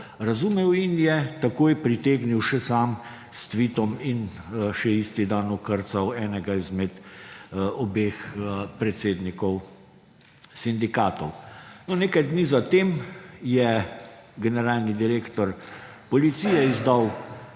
razumel in je takoj pritegnil še sam s tvitom in še isti dan okrcal enega izmed obeh predsednikov sindikatov. No, nekaj dni zatem je generalni direktor policije izdal